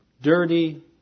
dirty